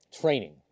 training